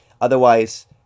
Otherwise